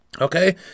Okay